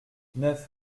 neuf